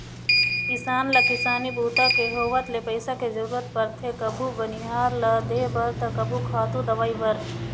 किसान ल किसानी बूता के होवत ले पइसा के जरूरत परथे कभू बनिहार ल देबर त कभू खातू, दवई बर